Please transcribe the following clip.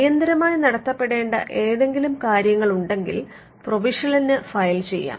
അടിയന്തരമായി നടത്തപ്പെടേണ്ട എന്തെങ്കിലും കാര്യങ്ങൾ ഉണ്ടെങ്കിൽ പ്രൊവിഷണലിന് ഫയൽ ചെയ്യും